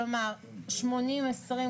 כלומר 80%-20%,